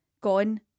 gone